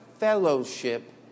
Fellowship